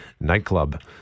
nightclub